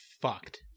fucked